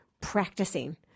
practicing